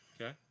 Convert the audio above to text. Okay